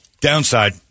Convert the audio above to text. Downside